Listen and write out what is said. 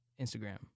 Instagram